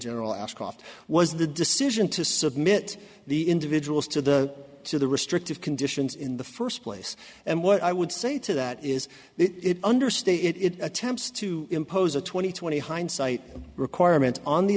general ashcroft was the decision to submit the individuals to the to the restrictive conditions in the first place and what i would say to that is it understate it attempts to impose a twenty twenty hindsight requirement on the